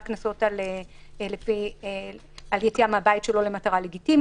קנסות על יציאה מן הבית שלא למטרה לגיטימית.